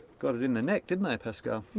got it in the neck, didn't they, pascale?